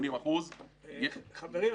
80%. חברים,